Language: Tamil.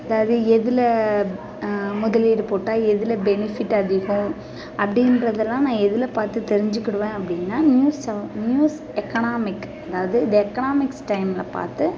அதாவது எதில் முதலீடு போட்டால் எதில் பெனிஃபிட் அதிகம் அப்படின்றதலாம் நான் எதில் பார்த்து தெரிஞ்சிக்கிடுவேன் அப்படின்னா நியூஸ் செவன் நியூஸ் எக்கனாமிக் அதாவது த எக்கனாமிக்ஸ் டைம்ல பார்த்து